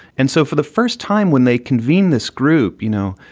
and so for the first time, when they convene this group, you know,